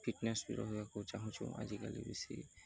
fitness ବି ରହିବାକୁ ଚାହୁଁଛୁ ଆଜିକାଲି ବେଶୀ